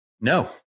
No